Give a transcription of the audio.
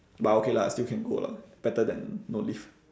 but I okay lah still can go lah better than no leave